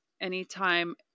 anytime